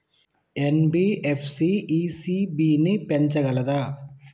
NBFC ECB ని పెంచగలదా?